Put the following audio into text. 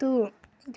تہٕ